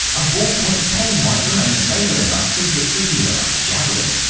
a ballpoint pen might remain stable enough to zip through the air like a javelin.